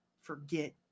forget